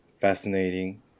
fascinating